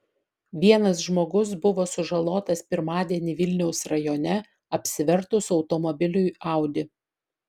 vienas žmogus buvo sužalotas pirmadienį vilniaus rajone apsivertus automobiliui audi